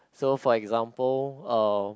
so for example uh